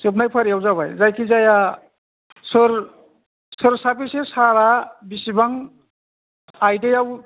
जोबनाय फारियाव जाबाय जायखिजाया सोर साबैसे सारा बेसेबां आयदायाव